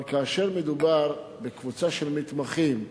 אבל כאשר מדובר בקבוצה של מתמחים,